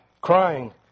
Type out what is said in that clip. crying